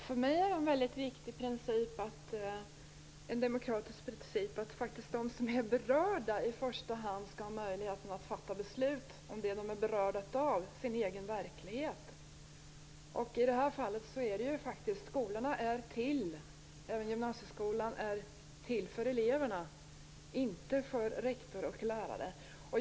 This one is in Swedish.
Herr talman! För mig är det en viktig demokratisk princip att de som är berörda i första hand skall ha möjlighet att fatta beslut om det de är berörda av - sin egen verklighet. Gymnasieskolan är till för eleverna, inte för rektor och lärare.